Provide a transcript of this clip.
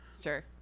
Sure